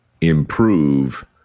improve